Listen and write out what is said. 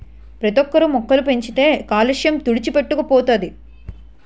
ప్రతోక్కరు మొక్కలు పెంచితే కాలుష్య తుడిచిపెట్టుకు పోతది